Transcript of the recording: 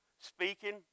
speaking